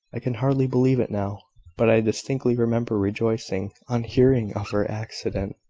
i can hardly believe it now but i distinctly remember rejoicing, on hearing of her accident,